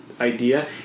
idea